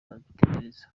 babitekereza